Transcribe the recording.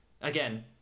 again